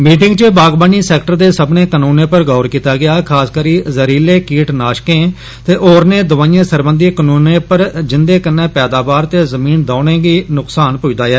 meeting च बागवानी sector दे सब्बने कनूने पर गौर कीता गेआ खास करी जहरीले कीटनाशकें ते होरनें दवाइयें सरबंधी कनूनें पर जिंदे कन्नै पैदावार ते जमीन दौने गी नुकसान पुजदा ऐ